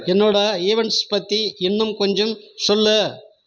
என்னோடய ஈவெண்ட்ஸ் பற்றி இன்னும் கொஞ்சம் சொல்லு